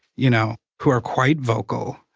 you know, who are quite vocal.